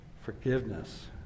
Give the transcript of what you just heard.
forgiveness